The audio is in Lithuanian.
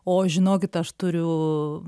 o žinokit aš turiu